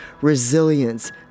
resilience